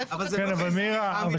כן, אבל מירה, אבל